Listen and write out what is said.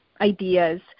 ideas